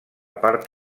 part